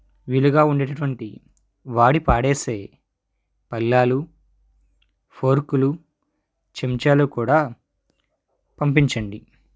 వీలుగా ఉండేటువంటి వాడి పాడేసే పళ్ళాలు ఫోర్కులు చెంచాలు కూడా పంపించండి